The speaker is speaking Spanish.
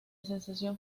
sensación